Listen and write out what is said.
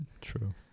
true